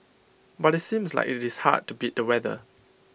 but IT seems like IT is hard to beat the weather